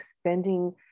spending